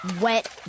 wet